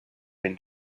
been